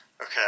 Okay